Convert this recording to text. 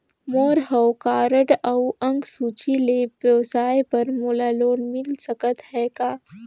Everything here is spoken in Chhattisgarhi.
मोर हव कारड अउ अंक सूची ले व्यवसाय बर मोला लोन मिल सकत हे का?